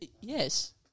Yes